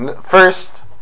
first